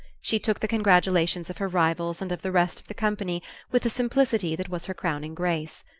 she took the congratulations of her rivals and of the rest of the company with the simplicity that was her crowning grace.